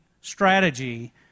strategy